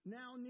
now